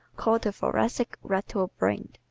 call the thoracic rattle-brained.